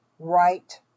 Right